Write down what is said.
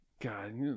God